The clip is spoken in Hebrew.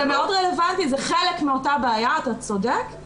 זה מאוד רלוונטי, זה חלק מאותה הבעיה, אתה צודק.